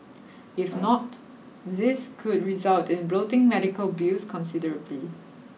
if not this could result in bloating medical bills considerably